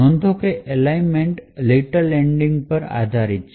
નોંધ કરો કે ઍલાન્મેન્ટ Little Endian પર આધારિત છે